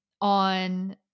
on